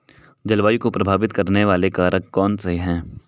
जलवायु को प्रभावित करने वाले कारक कौनसे हैं?